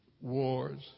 wars